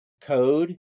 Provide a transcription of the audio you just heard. code